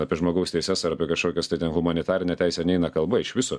apie žmogaus teises ar apie kažkokias tai ten humanitarinę teisę neina kalba iš viso